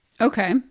Okay